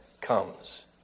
comes